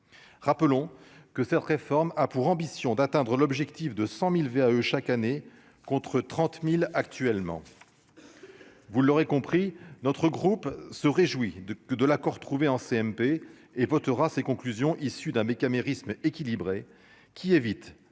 rappelons que cette réforme a pour ambition d'atteindre l'objectif de 100000 VAE chaque année contre 30000 actuellement, vous l'aurez compris notre groupe se réjouit de que de l'Accord trouvé en CMP et votera ces conclusions issues d'un Beckham et équilibrée, qui évite